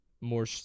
more